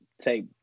take